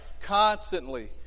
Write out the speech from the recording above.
constantly